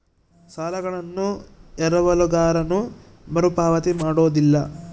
ಸಾಲಗಳನ್ನು ಎರವಲುಗಾರನು ಮರುಪಾವತಿ ಮಾಡೋದಿಲ್ಲ